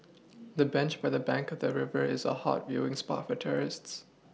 the bench by the bank of the river is a hot viewing spot for tourists